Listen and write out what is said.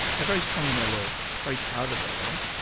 they're very strong in their law, very proud of their law.